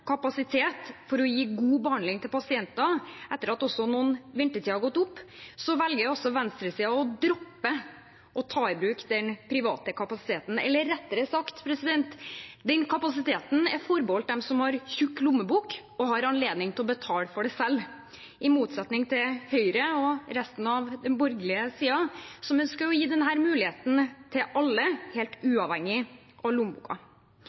kapasitet for å gi god behandling til pasienter, etter at også noen ventetider har gått opp, velger venstresiden å droppe å ta i bruk den private kapasiteten. Eller rettere sagt: Den kapasiteten er forbeholdt dem som har tykk lommebok og har anledning til å betale for det selv, i motsetning til ønsket til Høyre og resten av den borgerlige siden, som er å gi denne muligheten til alle, helt